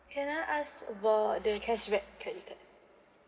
can I ask about the cashback credit card